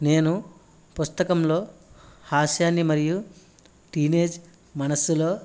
నేను పుస్తకంలో హాస్యాన్ని మరియు టీనేజ్ మనసులో